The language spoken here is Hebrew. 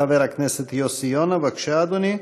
חבר הכנסת יוסי יונה, בבקשה, אדוני.